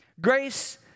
Grace